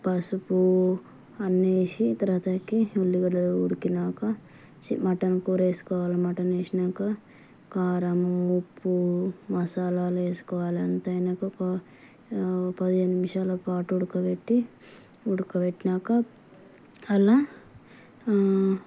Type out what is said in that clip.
పసుపు అన్నీ వేసి తరువాతకి ఉల్లిగడ్డలు ఉడికాక చి మటన్ కూర వేసుకోవాలి మటన్ వేసినాక కారం ఉప్పు మసాలాలు వేసుకోవాలి అంతా అయ్యాక ఒక పదిహేను నిమిషాల పాటు ఉడకబెట్టి ఉడకవెట్టినాక అలా